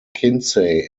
kinsey